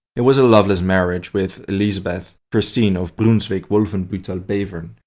it was a loveless marriage with elisabeth christine of brunswick-wolfenbuttel-bevern.